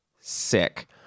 sick